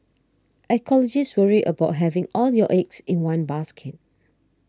ecologists worry about having all your eggs in one basket